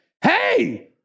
hey